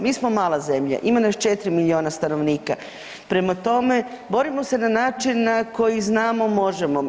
Mi smo mala zemlja, ima nas 4 milijuna stanovnika, prema tome borimo se na način na koji znamo i možemo.